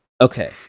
okay